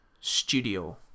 studio